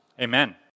amen